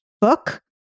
book